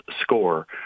score